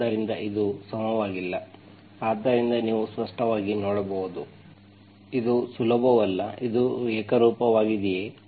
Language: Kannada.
ಆದ್ದರಿಂದ ಅದು ಸಮವಾಗಿಲ್ಲ ಆದ್ದರಿಂದ ನೀವು ಸ್ಪಷ್ಟವಾಗಿ ನೋಡಬಹುದು ಇದು ಸುಲಭವಲ್ಲ ಇದು ಏಕರೂಪವಾಗಿದೆಯೇ